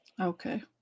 Okay